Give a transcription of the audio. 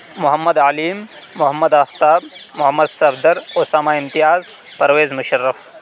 Muhammad Aleem Muhammad Aftab Muhammad Safdar Usama Imtiaz Pervez Musharraf